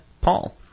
Paul